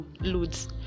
loads